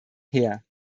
her